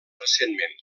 recentment